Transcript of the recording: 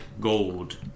gold